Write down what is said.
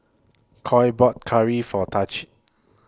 Coy bought Curry For Tahj